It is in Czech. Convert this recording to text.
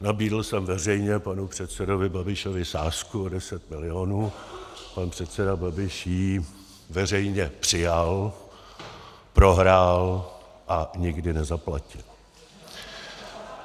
Nabídl jsem veřejně panu předsedovi Babišovi sázku o deset milionů, pan předseda Babiš ji veřejně přijal, prohrál a nikdy nezaplatil.